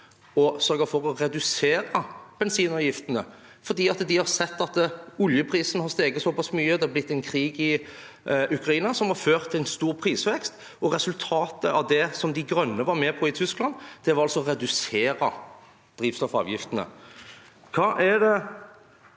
å sørge for å redusere bensinavgiftene. De har sett at oljeprisen har steget såpass mye, og at det har blitt en krig i Ukraina som har ført til en stor prisvekst, og resultatet av det som De Grønne var med på i Tyskland, var altså å redusere drivstoffavgiftene. Hva er det